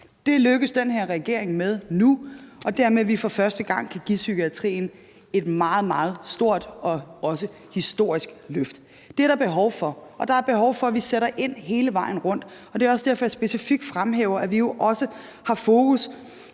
Det lykkes den her regering med nu og dermed også, at vi for første gang kan give psykiatrien et meget, meget stort og også historisk løft. Det er der behov for, og der er behov for, at vi sætter ind hele vejen rundt, og det er også derfor, jeg specifikt fremhæver, at vi har fokus